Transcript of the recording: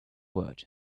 word